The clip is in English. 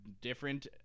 different